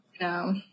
No